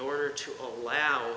order to allow